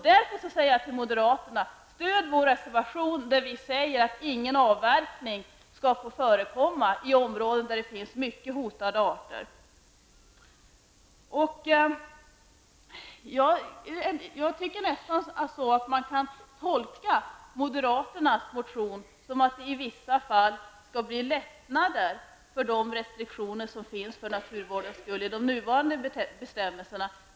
Därför säger jag till moderaterna: Stöd vår reservation, där vi föreslår att ingen avverkning skall få förekomma i områden där det finns allvarligt hotade arter! Jag tycker att moderaternas förslag kan tolkas så, att det vill att det i vissa fall skall bli lättnader i de nuvarande restriktionerna.